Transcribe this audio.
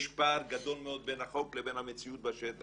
יש פער גדול מאוד בין החוק לבין המציאות בשטח